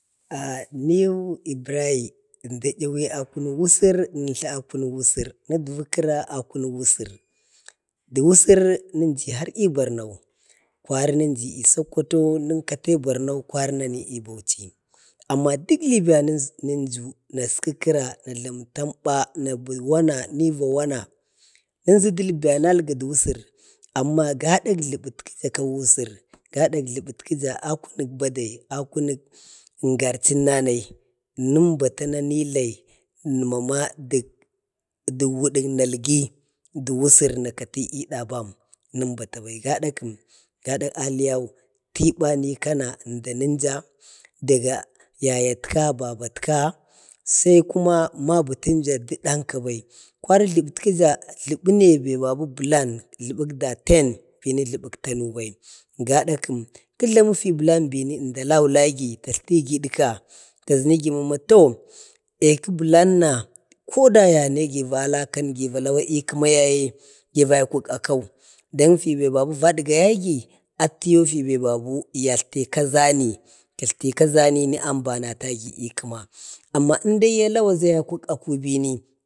ah nuyu ibrahim, əmda yawuya a kunuk usur, nətla a kunuk usur, nədvə kəra a kunu usur, da usur nəji har i barno kwari nəjji i sakkwato kwari nən katau barno, kwari nani i bauchi. amma dək libiya nunju naskə kəra. na jlami tamba. nabi wana, ni va wana nənʒu da nalga da usur amma gada jləbəkəja a kunuk bade, a kunək ngarchənnanai nənbata nani lai mama dək wudək nalgi da usur na kati i dambam, nəm bata bai, gada kəm? gada a liyau tiba nika na əmda nənja. daga yayatka, babatka, sai kuma mabətənja dadanka bai. kwari jləbətkəja jləbəne babi bəlan jləbək daten bena jləbək tanu bai. bada kəm, kəjlamu be bəlan bini əmda a laugagi datltigi idəka talhigi ma to aeki bəlanna koda yanegi va lakan, gi va law i kəma yaye gi vaikon akau, don fi babi dgayagi atiyau fi be babu yatlte kaʒani, katlti kaʒaniyi amba natagi i kəma. amma indai ya lawana yaiko ako bini